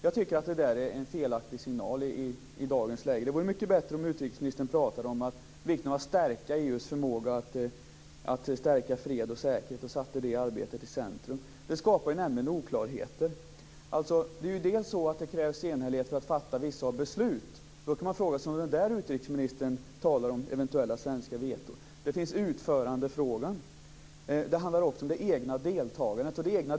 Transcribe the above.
Jag tycker att det är en felaktig signal i dagens läge. Det vore mycket bättre om utrikesministern pratade om vikten av att stärka EU:s förmåga att stärka fred och säkerhet och om hon satte det arbetet i centrum. Det skapar nämligen oklarheter. Det är ju så att det krävs enhällighet för att fatta vissa beslut. Då kan man fråga sig om det är på den punkten som utrikesministern talar om eventuella svenska veton. Vi har också utförandefrågan, och det handlar även om det egna deltagandet.